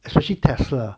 especially Tesla